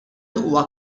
huwa